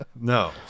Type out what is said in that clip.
No